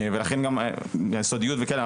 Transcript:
ולכן גם הסודיות וכאלה,